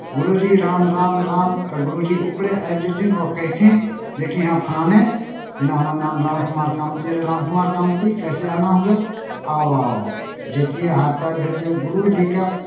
गुरूजी राम राम राम तऽ गुरूजी ऊपरे आबि जेथिन आओर कहिथिन जेकि अहाँ फलाने जेना हमर नाम राम कुमार कामति रहै राम कुमार कामति कैसे आना हुआ आओ आओ आओ जयतियै हाथ पएर धोइतियै गुरुजीके